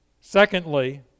Secondly